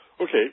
Okay